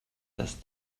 das